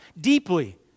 deeply